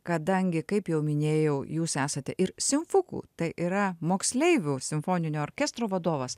kadangi kaip jau minėjau jūs esate ir simfukų tai yra moksleivių simfoninio orkestro vadovas